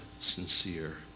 sincere